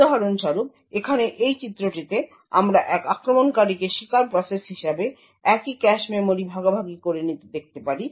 উদাহরণস্বরূপ এখানে এই চিত্রটিতে আমরা এক আক্রমণকারীকে শিকার প্রসেস হিসাবে একই ক্যাশ মেমরি ভাগাভাগি করে নিতে দেখতে পারি